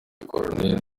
col